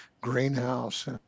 greenhouse